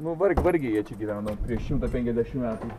nu vargiai vargiai jie čia gyveno prieš šimtą penkiasdešimt metų